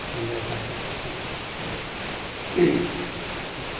समय काटल अपन बस